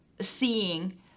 seeing